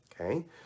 okay